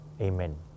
Amen